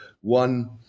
One